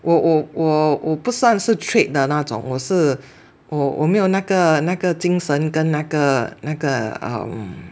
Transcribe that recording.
我我我我不算是 trade 的那种我是我我没有那个那个精神跟那个那个 um